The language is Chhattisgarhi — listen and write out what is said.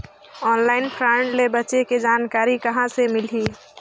ऑनलाइन फ्राड ले बचे के जानकारी कहां ले मिलही?